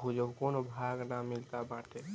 भुजलो भांग नाइ मिलत बाटे